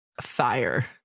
fire